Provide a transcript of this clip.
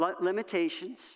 limitations